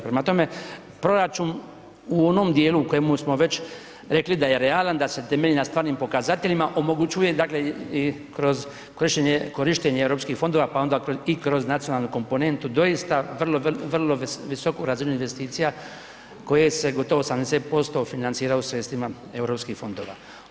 Prema tome, proračun u onom dijelu u kojemu smo već rekli da je realan, da se temelji na stvarnim pokazateljima omogućuje dakle i kroz korištenje europskih fondova, pa onda i kroz nacionalnu komponentu doista vrlo visoku razinu investicija koje se gotovo 70% financiraju sredstvima europskih fondova.